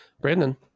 Brandon